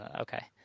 Okay